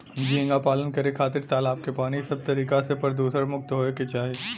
झींगा पालन करे खातिर तालाब के पानी सब तरीका से प्रदुषण मुक्त होये के चाही